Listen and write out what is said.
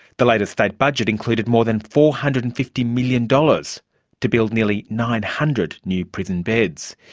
the latest state budget included more than four hundred and fifty million dollars to build nearly nine hundred new prison beds.